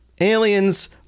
aliens